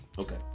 Okay